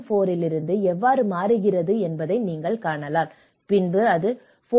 4 இலிருந்து எவ்வாறு மாறுகிறது என்பதை நீங்கள் காணலாம் பின்னர் அது 4